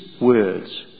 words